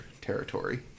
territory